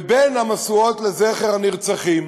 ובין המשואות לזכר הנרצחים